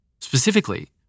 Specifically